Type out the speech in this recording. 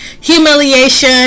humiliation